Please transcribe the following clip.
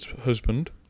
husband